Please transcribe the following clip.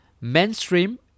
Mainstream